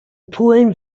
polen